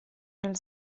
nel